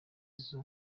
ziri